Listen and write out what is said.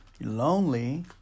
lonely